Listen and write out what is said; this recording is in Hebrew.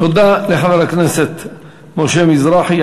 תודה לחבר הכנסת משה מזרחי.